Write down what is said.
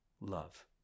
love